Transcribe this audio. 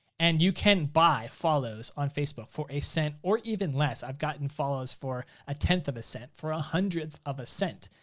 and you can buy follows on facebook, for a cent or even less. i've gotten follows for a tenth of a cent, for a hundredth of a cent,